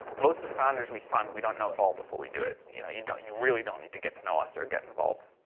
most of the founders we fund, we don't know at all before we do it. you know, you don't, you really don't need to get to know us or get involved.